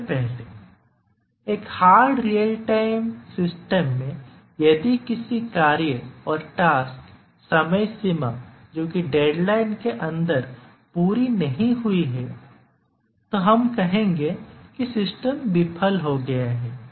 सबसे पहले एक हार्ड रियल टाइम सिस्टम में यदि किसी कार्य समय सीमा के अंदर पूरी नहीं हुई है तो हम कहेंगे कि सिस्टम विफल हो गया है